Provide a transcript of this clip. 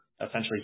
essentially